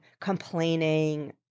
complaining